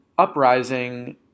Uprising